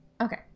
okay